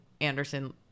Anderson